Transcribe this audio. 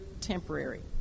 temporary